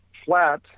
flat